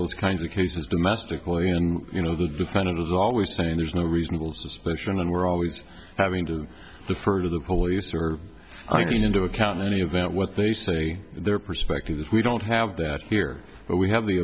those kinds of cases domestically and you know the defendant is always saying there's no reasonable suspicion and we're always having to do the further the police are going into account in any event what they say their perspective is we don't have that here but we have the